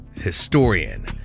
historian